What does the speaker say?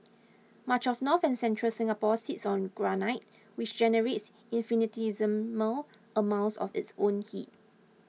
much of north and central Singapore sits on granite which generates infinitesimal amounts of its own heat